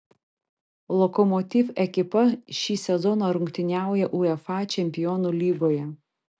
lokomotiv ekipa šį sezoną rungtyniauja uefa čempionų lygoje